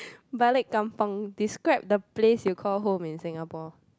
balik kampung describe the place you call home in Singapore